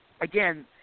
Again